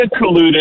colluded